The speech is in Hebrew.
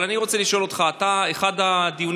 אבל אני רוצה לשאול אותך: באחד הדיונים